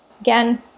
Again